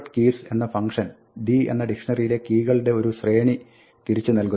keys എന്ന function d എന്ന ഡിക്ഷ്ണറിയിലെ കീകളുടെ ഒരു ശ്രേണി തിരിച്ചു നൽകുന്നു